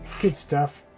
good stuff,